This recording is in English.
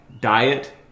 diet